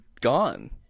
gone